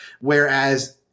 whereas